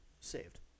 saved